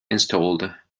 installed